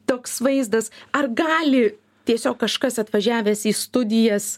toks vaizdas ar gali tiesiog kažkas atvažiavęs į studijas